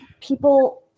people